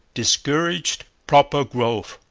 discouraged proper growth.